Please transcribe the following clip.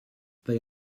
they